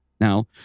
Now